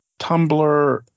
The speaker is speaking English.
Tumblr